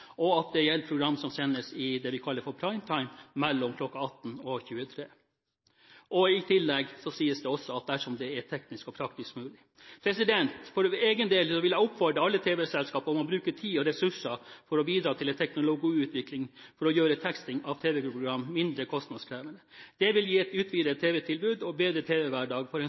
det skal gjelde programmer som sendes i det vi kaller «prime time», mellom kl. 18 og kl. 23 – dersom det er «teknisk og praktisk mulig», som det i tillegg sies. For min egen del vil jeg oppfordre alle tv-selskaper til å bruke tid og ressurser for å bidra til en teknologiutvikling som gjør teksting av tv-programmer mindre kostnadskrevende. Det vil gi et utvidet tv-tilbud og en bedre tv-hverdag for en